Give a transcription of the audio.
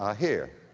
ah here.